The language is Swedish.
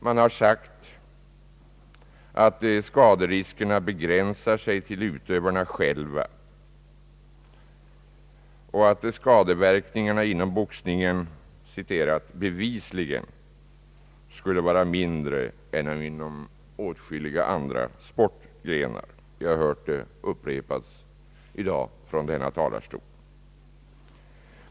Man har sagt att skaderiskerna begränsar sig till utövarna själva och att skadeverkningarna inom boxningen »bevisligen» skulle vara mindre än inom åtskilliga andra sportgrenar. Vi har hört det upprepas i dag från denna talarstol.